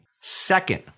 Second